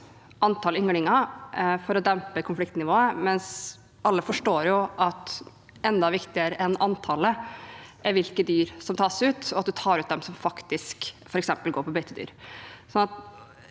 antall ynglinger for å dempe konfliktnivået, men alle forstår jo at enda viktigere enn antallet er hvilke dyr som tas ut, og at man tar ut dem som faktisk f.eks. går på beitedyr.